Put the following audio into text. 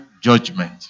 judgment